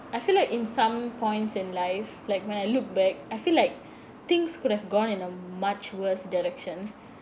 I feel like in some points in life like when I look back I feel like things could have gone in a much worse direction